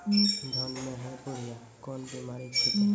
धान म है बुढ़िया कोन बिमारी छेकै?